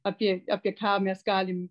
apie apie ką mes galim